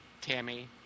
Tammy